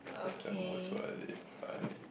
that's the motto I live by